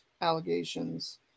allegations